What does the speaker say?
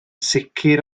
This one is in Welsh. sicr